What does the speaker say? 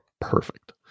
perfect